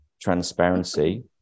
transparency